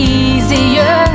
easier